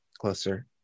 closer